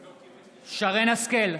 השכל,